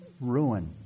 ruin